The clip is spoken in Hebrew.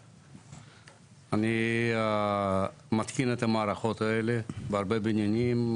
אני מתקין את המערכות האלה בהרבה בניינים,